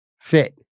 fit